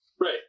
Right